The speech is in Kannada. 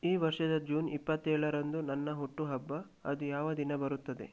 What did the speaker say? ಈ ವರ್ಷದ ಜೂನ್ ಇಪ್ಪತ್ತೇಳರಂದು ನನ್ನ ಹುಟ್ಟುಹಬ್ಬ ಅದು ಯಾವ ದಿನ ಬರುತ್ತದೆ